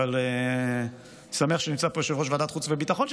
אבל אני שמח שנמצא פה יושב-ראש ועדת החוץ והביטחון,